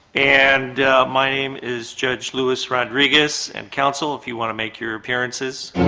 and my name is judge luis rodriguez. and counsel, if you want to make your appearances.